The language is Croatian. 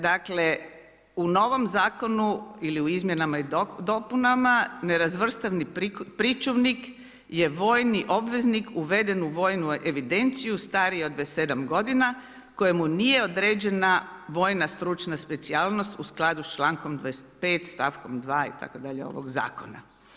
Dakle, u novom zakonu ili u izmjenama i dopunama, nerazvrstani pričuvnik je vojni obveznik, uveden u vojnu evidenciju, stariji od 27 g. kojemu nije određena vojna stručna specijalnost u skladu čl. 25, stavku 2 itd. ovog zakona.